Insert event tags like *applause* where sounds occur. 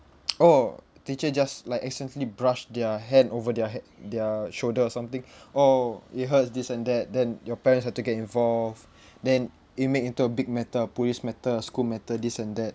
oh *noise* teacher just like accidentally brushed their hand over their he~ their shoulder or something oh it hurts this and that then your parents have to get involved then it make into a big matter a police matter a school matter this and that